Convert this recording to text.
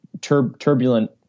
turbulent